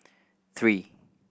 three